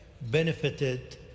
benefited